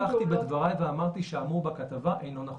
--- ולכן פתחתי בדבריי ואמרתי שהאמור בכתבה אינו נכון.